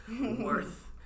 worth